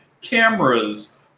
cameras